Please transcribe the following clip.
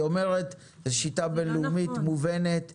היא אומרת שזו שיטה בין-לאומית מובנת.